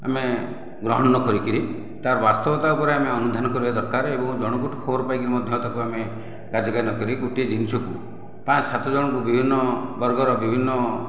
ଆମେ ଗ୍ରହଣ ନ କରିକିରି ତାର ବାସ୍ତବତା ଉପରେ ଆମେ ଅନୁଧ୍ୟାନ କରିବା ଦରକାର ଏବଂ ଜଣଙ୍କଠାରୁ ଖବର ପାଇକି ମଧ୍ୟ ତାକୁ ଆମେ କାର୍ଯ୍ୟକାରୀ ନକରି ଗୋଟିଏ ଜିନିଷକୁ ପାଞ୍ଚ ସାତଜଣଙ୍କୁ ବିଭିନ୍ନ ବର୍ଗର ବିଭିନ୍ନ